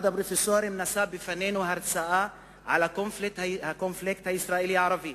אחד הפרופסורים נשא בפנינו הרצאה על הקונפליקט הישראלי-ערבי.